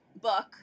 book